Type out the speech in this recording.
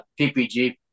PPG